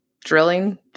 drilling